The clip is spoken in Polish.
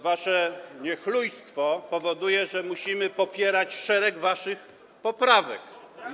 Wasze niechlujstwo powoduje, że musimy popierać szereg waszych poprawek.